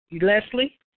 Leslie